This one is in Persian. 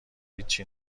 هیچی